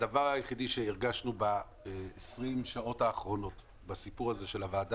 הדבר היחידי שהרגשנו ב-20 שעות האחרונות בוועדה,